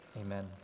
Amen